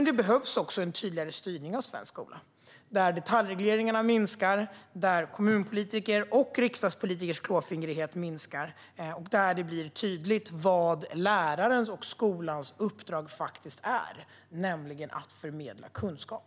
Det behövs också en tydligare styrning av svensk skola, där detaljregleringarna minskar, där kommunpolitikers och riksdagspolitikers klåfingrighet minskar och där det blir tydligt vad lärarens och skolans uppdrag faktiskt är, nämligen att förmedla kunskap.